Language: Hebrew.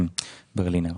ברלינר.